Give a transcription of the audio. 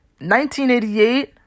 1988